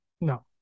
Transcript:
No